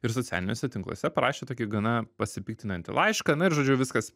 ir socialiniuose tinkluose parašė tokį gana pasipiktinantį laišką na ir žodžiu viskas